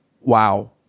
wow